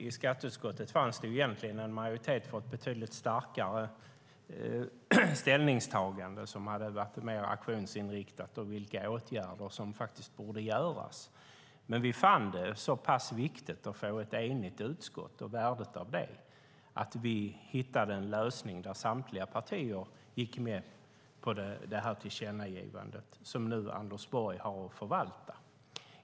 I skatteutskottet fanns egentligen en majoritet för ett betydligt starkare och mer aktionsinriktat ställningstagande om vilka åtgärder som borde vidtas. Men vi fann det så pass viktigt och värdefullt att få ett enigt utskott att vi hittade en lösning där samtliga partier ställde sig bakom tillkännagivandet, som Anders Borg nu har att förvalta.